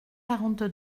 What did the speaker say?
quarante